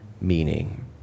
meaning